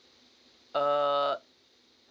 uh